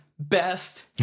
Best